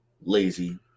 lazy